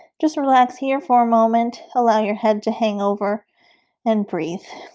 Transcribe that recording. just relax here for a moment. allow your head to hang over and breathe